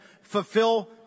fulfill